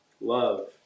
love